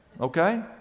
okay